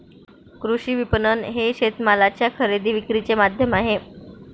कृषी विपणन हे शेतमालाच्या खरेदी विक्रीचे माध्यम आहे